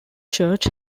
church